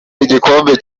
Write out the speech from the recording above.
igikombe